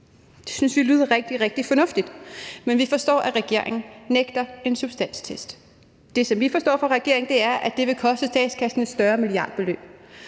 rigtig, rigtig fornuftigt, men vi kan forstå, at regeringen nægter at indføre en substanstest. Det, som vi forstår på regeringen, er, at det vil koste statskassen et større milliardbeløb,